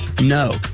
No